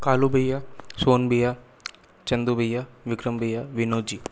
कालू भैया सोन भैया चंदू भैया विक्रम भैया विनोद जी